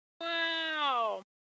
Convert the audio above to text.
wow